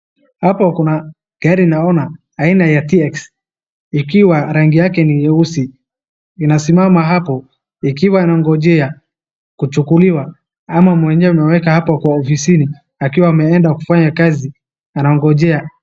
Hapa kuna gari naona aina ya TX ikiwa rangi yake ni nyeusi, inasimama hapo ikiwa inangojea kuchukuliwa ama mwenyewe ameweka hapo kwa ofisini akiwa ameenda kufanya kazi anangojea.